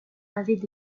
avaient